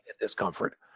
discomfort